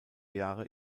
jahre